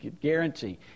Guarantee